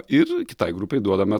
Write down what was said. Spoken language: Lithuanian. ir kitai grupei duodame